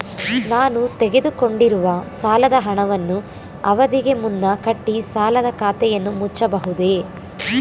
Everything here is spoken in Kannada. ನಾನು ತೆಗೆದುಕೊಂಡಿರುವ ಸಾಲದ ಹಣವನ್ನು ಅವಧಿಗೆ ಮುನ್ನ ಕಟ್ಟಿ ಸಾಲದ ಖಾತೆಯನ್ನು ಮುಚ್ಚಬಹುದೇ?